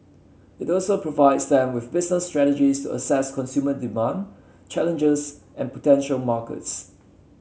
it also provides them with business strategies assess consumer demand challenges and potential markets